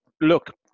look